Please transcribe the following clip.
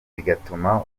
bigatuma